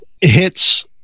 hits